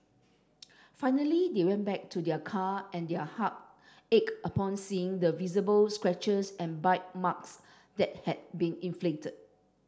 finally they went back to their car and their heart ached upon seeing the visible scratches and bite marks that had been inflicted